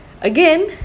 Again